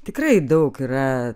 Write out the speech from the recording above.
tikrai daug yra